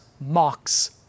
mocks